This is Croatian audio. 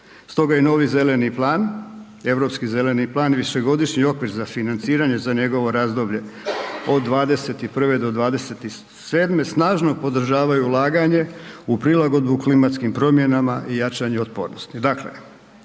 Stoga je novi zeleni plan, Europski zeleni plan, višegodišnji okvir za financiranje za njegovo razdoblje od 2021.-2027. snažno podržava ulaganje u prilagodbu klimatskim promjenama i jačanje otpornosti.